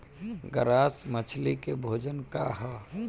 Grass मछली के भोजन का ह?